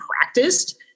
practiced